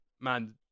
man